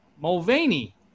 Mulvaney